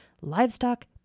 livestock